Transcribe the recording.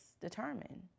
determined